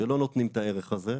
שלא נותנים את הערך הזה.